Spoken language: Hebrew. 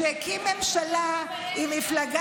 כולם אגב,